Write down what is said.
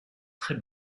très